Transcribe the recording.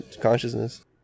consciousness